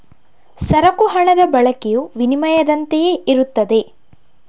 ಸರಕು ಹಣದ ಬಳಕೆಯು ವಿನಿಮಯದಂತೆಯೇ ಇರುತ್ತದೆ